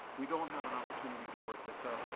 we don't have an opportunity to work this out.